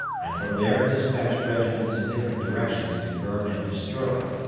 and from there despatched regiments in different directions to burn and destroy.